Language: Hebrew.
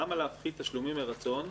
למה להפחית תשלומים מרצון,